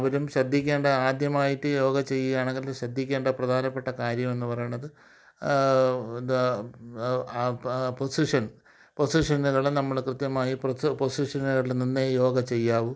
അവരും ശ്രദ്ധിക്കേണ്ട ആദ്യമായിട്ട് യോഗ ചെയ്യുകയാണെങ്കിൽ ശ്രദ്ധിക്കേണ്ട പ്രധാനപ്പെട്ട കാര്യമെന്ന് പറയുന്നത് പൊസിഷൻ പൊസിഷനുകൾ നമ്മൾ കൃത്യമായി പൊസിഷനുകളിൽ നിന്നേ യോഗ ചെയ്യാവൂ